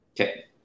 Okay